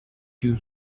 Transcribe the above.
two